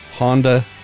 honda